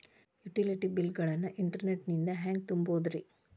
Utility bill ಗಳನ್ನ internet ನಿಂದ ಹೆಂಗ್ ತುಂಬೋದುರಿ?